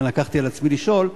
לכן לקחתי על עצמי לשאול,